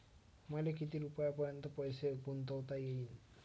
मले किती रुपयापर्यंत पैसा गुंतवता येईन?